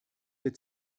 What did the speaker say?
der